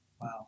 Wow